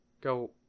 Go